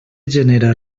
genera